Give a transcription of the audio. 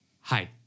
Hi